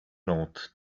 note